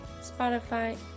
spotify